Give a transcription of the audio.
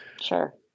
Sure